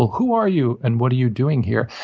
who are you? and what are you doing here?